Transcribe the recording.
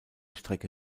strecke